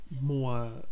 more